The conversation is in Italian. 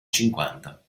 cinquanta